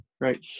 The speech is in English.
right